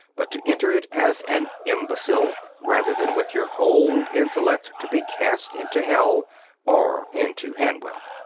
but to enter it as an imbecile, rather than with your whole intellect to be cast into hell or into hanwell.